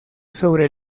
sobre